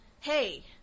hey